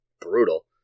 brutal